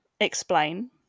explain